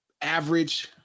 average